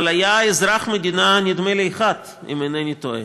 אבל היה אזרח המדינה, נדמה לי אחד, אם איני טועה,